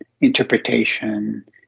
interpretation